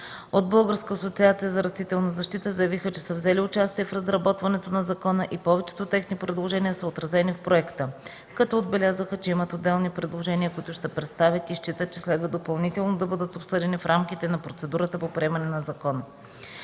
От Българска асоциация за растителна защита заявиха, че са взели участие в разработването на закона и повечето техни предложения са отразени в проекта, като отбелязаха, че имат отделни предложения, които ще представят и считат, че следва допълнително да бъдат обсъдени в рамката на процедурата по приемане на закона.